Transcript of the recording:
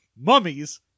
Mummies